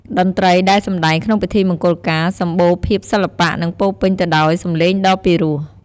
តន្រ្ដីដែលសម្ដែងក្នុងពិធីមង្គលការ សម្បូរភាពសិល្បៈ និង ពោរពេញទៅដោយសម្លេងដ៏ពិរោះ។